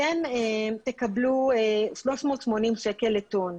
תקבלו 380 שקל לטון.